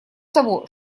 того